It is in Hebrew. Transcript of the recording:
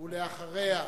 אחריה,